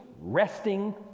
resting